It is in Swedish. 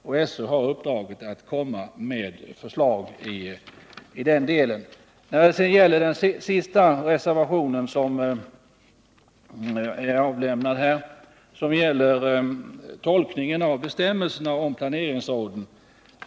SÖ har fått i uppdrag att lägga fram förslag i det avseendet. Reservationen 5 gäller tolkningen av bestämmelserna om planeringsråden.